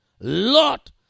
Lot